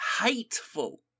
hateful